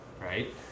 right